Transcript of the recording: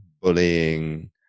bullying